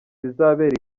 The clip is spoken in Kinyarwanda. bizabera